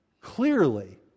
clearly